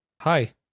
hi